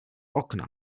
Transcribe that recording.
okna